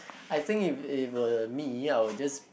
I think if you were me I will just